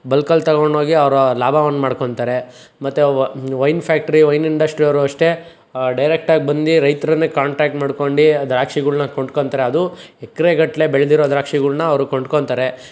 ಬಲ್ಕಲ್ಲಿ ತಗೊಂಡು ಹೋಗಿ ಅವ್ರಾ ಲಾಭವನ್ ಮಾಡ್ಕೊಂತಾರೆ ಮತ್ತು ವೈನ್ ಫ್ಯಾಕ್ಟ್ರಿ ವೈನ್ ಇಂಡಸ್ಟ್ರಿಯವರು ಅಷ್ಟೆ ಡೈರೆಕ್ಟಾಗಿ ಬಂದು ರೈತರನ್ನೇ ಕಾಂಟ್ಯಾಕ್ಟ್ ಮಾಡ್ಕೊಂಡು ದ್ರಾಕ್ಷಿಗಳ್ನ ಕೊಂಡ್ಕೊಂತಾರೆ ಅದು ಎಕರೆ ಗಟ್ಲೆ ಬೆಳೆದಿರೋ ದ್ರಾಕ್ಷಿಗಳ್ನ ಅವರು ಕೊಂಡ್ಕೊಂತಾರೆ